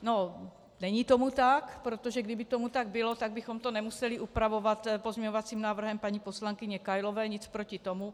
No, není tomu tak, protože kdyby tomu tak bylo, tak bychom to nemuseli upravovat pozměňovacím návrhem paní poslankyně Kailové, nic proti tomu.